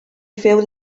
feu